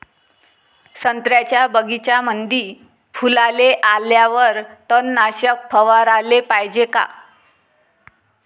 संत्र्याच्या बगीच्यामंदी फुलाले आल्यावर तननाशक फवाराले पायजे का?